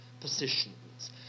positions